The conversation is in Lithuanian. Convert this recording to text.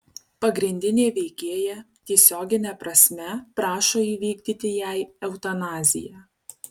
pagrindinė veikėja tiesiogine prasme prašo įvykdyti jai eutanaziją